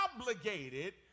obligated